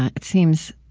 it seems,